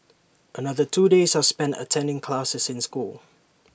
another two days are spent attending classes in school